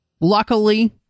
luckily